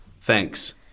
thanks